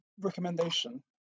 recommendation